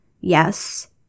yes